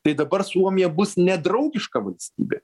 tai dabar suomija bus nedraugiška valstybė